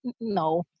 no